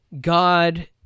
God